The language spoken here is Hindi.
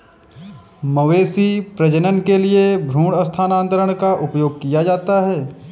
मवेशी प्रजनन के लिए भ्रूण स्थानांतरण का उपयोग किया जाता है